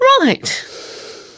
right